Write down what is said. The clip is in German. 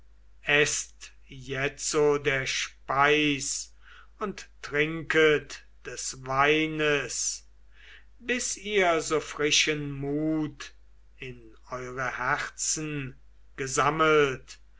eßt jetzo der speis und trinket des weines bis ihr so frischen mut in eure herzen gesammelt